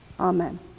Amen